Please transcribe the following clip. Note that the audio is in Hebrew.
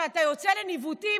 כשאתה יוצא לניווטים,